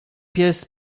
pies